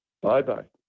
Bye-bye